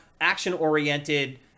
action-oriented